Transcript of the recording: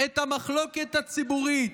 "את המחלוקת הציבורית"